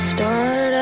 Start